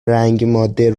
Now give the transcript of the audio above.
رنگماده